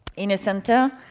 in a center,